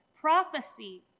prophecy